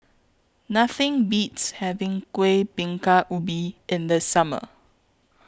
Nothing Beats having Kueh Bingka Ubi in The Summer